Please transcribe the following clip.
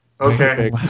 Okay